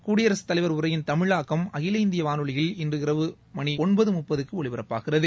குடியரசுத் தலைவர் உரையின் தமிழாக்கம் அகில இந்திய வானொலியில் இன்று இரவு மணி ஒன்பது முப்பதுக்கு ஒலிபரப்பாகிறது